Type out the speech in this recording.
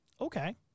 Okay